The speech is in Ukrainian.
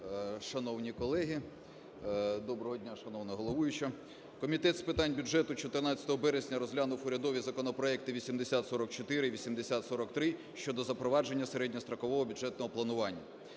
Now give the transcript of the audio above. шановні колеги! Доброго дня, шановна головуюча! Комітет з питань бюджету 14 вересня розглянув урядові законопроекти 8044 і 8043 – щодо запровадження середньострокового бюджетного планування.